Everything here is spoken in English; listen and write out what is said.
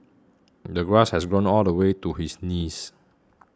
the grass has grown all the way to his knees